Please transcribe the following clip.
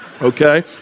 Okay